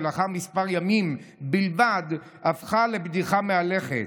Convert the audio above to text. שלאחר ימים מספר בלבד הפכה לבדיחה מהלכת,